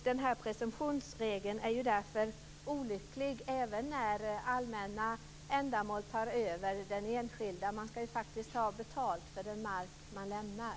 Den här presumtionsregeln är därför olycklig även när allmänna ändamål tar över. Man skall ju faktiskt ha betalt för den mark man lämnar.